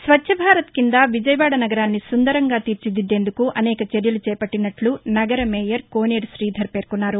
స్వచ్చభారత్ కింద విజయవాడ నగరాన్ని సుందరంగా తీర్చిదిద్దేందుకుఅనేక చర్యలు చేపట్టినట్లు నగర మేయర్ కోనేరు శ్రీధర్ పేర్కొన్నారు